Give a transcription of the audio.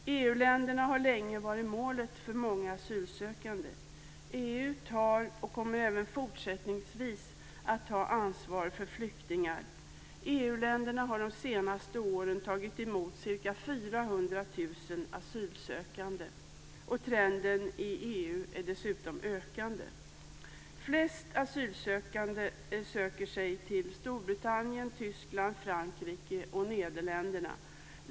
EU-länderna har länge varit målet för många asylsökande. EU tar, och kommer även fortsättningsvis att ta, ansvar för flyktingar. EU-länderna har under de senaste åren tagit emot ca 400 000 asylsökande, och trenden är att antalet ökar. Flest asylsökande söker sig till Storbritannien, Tyskland, Frankrike och Nederländerna.